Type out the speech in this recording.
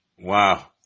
Wow